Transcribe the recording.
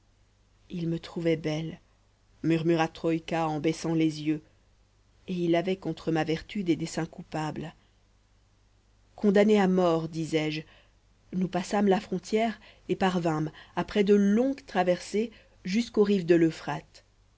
il me trouvait belle murmura troïka en baissant les yeux et il avait contre ma vertu des desseins coupables condamnée à mort disais-je nous passâmes la frontière et parvînmes après de longues traversées jusqu'aux rives de l'euphrate